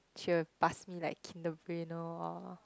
she will pass me like Kinder Bueno